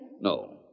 No